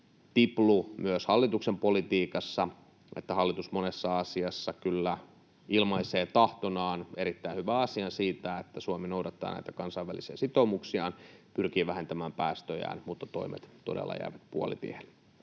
tiplu myös hallituksen politiikassa, että hallitus monessa asiassa kyllä ilmaisee tahtonaan erittäin hyvän asian siitä, että Suomi noudattaa näitä kansainvälisiä sitoumuksiaan, pyrkii vähentämään päästöjään, mutta toimet todella jäävät puolitiehen.